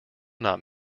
not